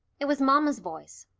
it was mamma's voice.